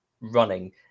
running